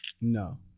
No